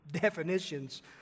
definitions